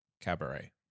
Cabaret